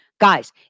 Guys